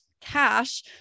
cash